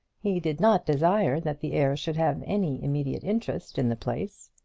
he did not desire that the heir should have any immediate interest in the place.